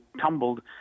tumbled